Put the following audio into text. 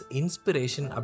inspiration